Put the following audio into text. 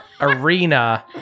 Arena